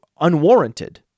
unwarranted